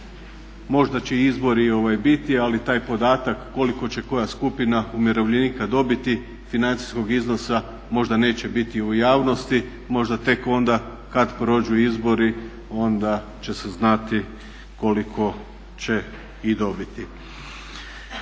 možda će izbori biti ali taj podatak koliko će koja skupina umirovljenika dobiti financijskog iznosa možda neće biti u javnosti, možda tek onda kad prođu izbori onda će se znati koliko će i dobiti.